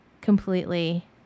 completely